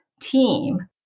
team